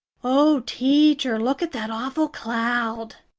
oh, teacher, look at that awful cloud!